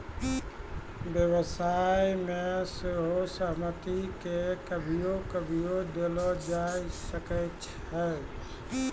व्यवसाय मे सेहो सहमति के कभियो कभियो देलो जाय सकै छै